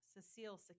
Cecile